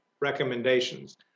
recommendations